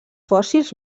fòssils